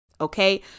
Okay